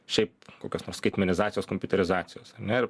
šiaip kokios nors skaitmenizacijos kompiuterizacijos ar ne ir